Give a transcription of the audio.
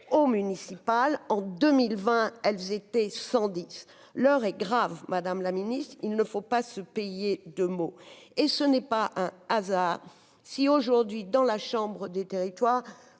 aux municipales en 2020, elles étaient 110, l'heure est grave, Madame la Ministre, il ne faut pas se payer de mots, et ce n'est pas un hasard si, aujourd'hui, dans la chambre des territoires